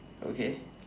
okay